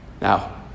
Now